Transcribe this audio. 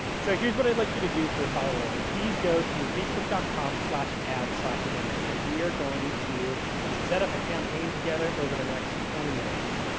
so here's what i'd like you to do for a follow on. please, go to facebook com so ads manager. we are going to set up a campaign together over the next twenty minutes.